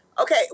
okay